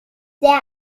der